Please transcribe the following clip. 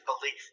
belief